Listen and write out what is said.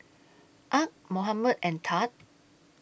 Arch Mohamed and Thad